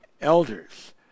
elders